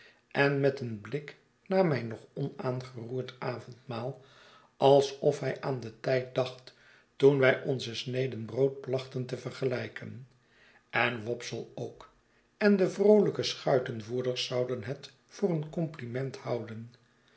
en met een blik naar mijn nog onaangeroerd avondmaal alsof hij aan dentijd dacht toen wij onze sneden brood plachten te vergelijken en wopsle ook en de vroolijke schuitenvoerders zouden het voor een compliment houden